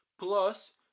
Plus